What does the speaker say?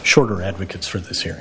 shorter advocates for this hear